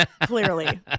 Clearly